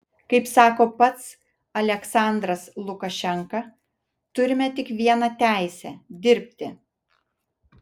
kaip sako pats aliaksandras lukašenka turime tik vieną teisę dirbti